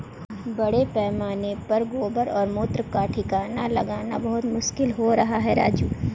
बड़े पैमाने पर गोबर और मूत्र का ठिकाना लगाना बहुत मुश्किल हो रहा है राजू